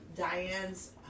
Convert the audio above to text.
Diane's